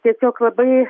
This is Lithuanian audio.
tiesiog labai